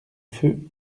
feux